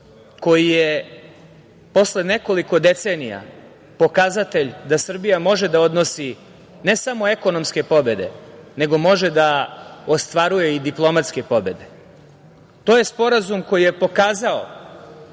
koji je posle nekoliko decenija, pokazatelj da Srbija može da odnosi, ne samo ekonomske pobede, nego može da ostvaruje i diplomatske pobede. To je sporazum koji je pokazao